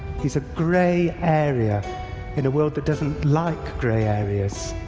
he's a gray area in a world that doesn't like gray areas.